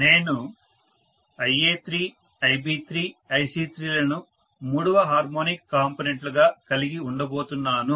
నేను IA3IB3IC3లను మూడవ హార్మోనిక్ కాంపోనెంట్ లుగా కలిగి ఉండబోతున్నాను